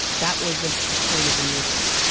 that was the the point of the movement.